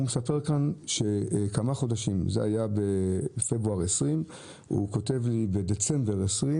זה היה בפברואר 2020. הוא כתב לי בדצמבר 2020